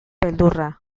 beldurra